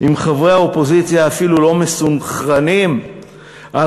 אם חברי האופוזיציה אפילו לא מסונכרנים על